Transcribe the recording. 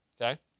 okay